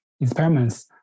experiments